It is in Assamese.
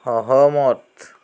সহমত